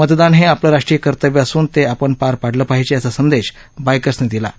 मतदान हे आपलं राष्ट्रीय कर्तव्य असून ते आपण पार पाडलं पाहिजे असा संदेश बाईकर्सनी दिलाय